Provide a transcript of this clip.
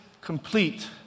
complete